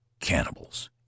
Cannibals